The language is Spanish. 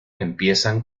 empiezan